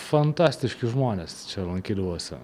fantastiški žmonės čia lankydavosi